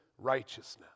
righteousness